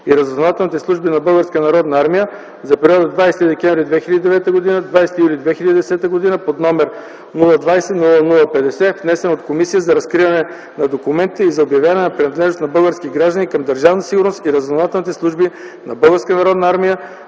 и разузнавателните служби на Българската народна армия за периода 20 декември 2009 г. – 20 юли 2010 г., № 020-00-50, внесен от Комисията за разкриване на документите и за обявяване на принадлежност на български граждани към Държавна сигурност и разузнавателните служби на Българската народна армия